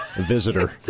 visitor